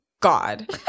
god